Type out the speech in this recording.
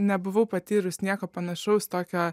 nebuvau patyrus nieko panašaus tokio